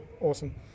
awesome